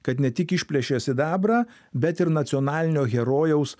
kad ne tik išplėšė sidabrą bet ir nacionalinio herojaus